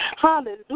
Hallelujah